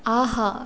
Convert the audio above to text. ஆஹா